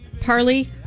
Parley